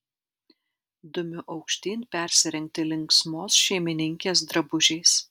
dumiu aukštyn persirengti linksmos šeimininkės drabužiais